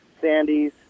sandys